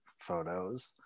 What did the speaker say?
photos